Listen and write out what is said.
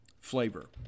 flavor